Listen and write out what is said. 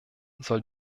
soll